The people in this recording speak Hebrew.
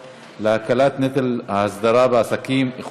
15, אין מתנגדים, נמנע אחד.